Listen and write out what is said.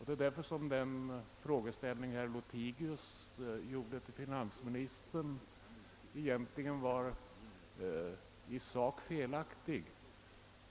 Den fråga som herr Lothigius ställde till finansministern var därför egentligen i sak felaktig.